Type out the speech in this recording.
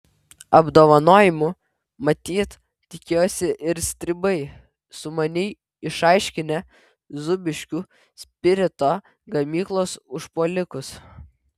apdovanojimų matyt tikėjosi ir stribai sumaniai išaiškinę zūbiškių spirito gamyklos užpuolikus